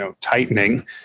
tightening